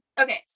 Okay